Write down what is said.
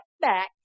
back